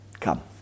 come